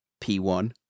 P1